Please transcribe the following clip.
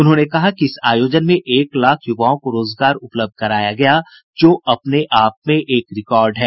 उन्होंने कहा कि इस आयोजन में एक लाख युवाओं को रोजगार उपलब्ध कराया गया जो अपने आप में एक रिकार्ड है